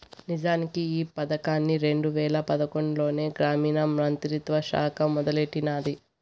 నిజానికి ఈ పదకాన్ని రెండు వేల పదకొండులోనే గ్రామీణ మంత్రిత్వ శాఖ మొదలెట్టినాది